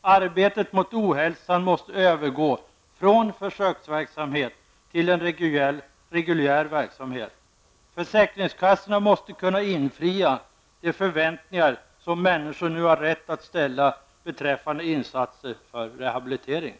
Arbetet mot ohälsan måste övergå från försöksverksamhet till en reguljär verksamhet. Försäkringskassorna måste kunna infria de förväntningar som människor nu har rätt att ställa beträffande insatser för rehabilitering.''